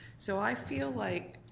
so i feel like